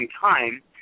time